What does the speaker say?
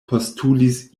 postulis